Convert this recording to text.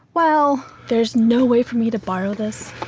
well. there's no way for me to borrow this?